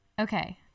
Okay